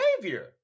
behavior